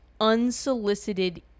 unsolicited